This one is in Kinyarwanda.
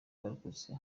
warokotse